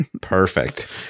Perfect